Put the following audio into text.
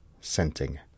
scenting